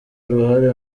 uruhare